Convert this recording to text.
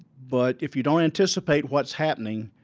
but if you don't anticipate what's happening,